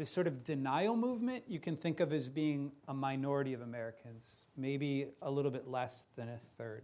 this sort of denial movement you can think of as being a minority of americans maybe a little bit less than a third